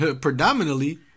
predominantly